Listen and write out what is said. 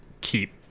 keep